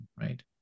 Right